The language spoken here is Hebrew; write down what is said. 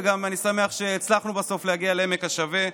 ואני גם שמח שהצלחנו בסוף להגיע לעמק השווה,